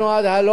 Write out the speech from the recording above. אבל